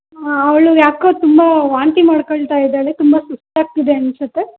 ಅವಳು ಯಾಕೋ ತುಂಬ ವಾಂತಿ ಮಾಡ್ಕೊಳ್ತಾ ಇದ್ದಾಳೆ ತುಂಬ ಸುಸ್ತಾಗ್ತಿದೆ ಅನ್ನಿಸುತ್ತೆ